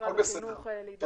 למשרד החינוך להידרש לזה.